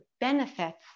benefits